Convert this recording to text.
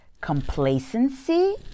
complacency